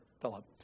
Philip